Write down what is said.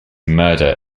murder